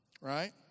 Right